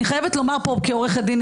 אני חייבת לומר פה כעורכת דין,